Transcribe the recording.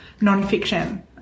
non-fiction